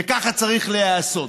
וככה צריך להיעשות,